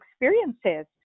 experiences